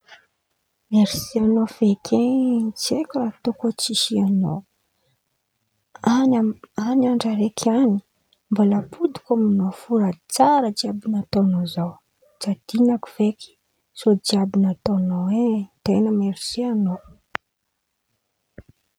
Mersy an̈ao feky e tsy aiko raha ataoko koa tsisy an̈ao an̈y-an̈y andra raiky an̈y mbola ampodiko amin̈ao fo tsara jiàby nataon̈ao zaho tsy adin̈ako feky soa jiàby nataon̈ao e ten̈a mersy an̈ao.